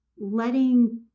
letting